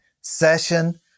session